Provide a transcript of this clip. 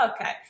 okay